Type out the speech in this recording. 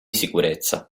sicurezza